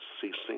ceasing